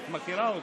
את מכירה אותי.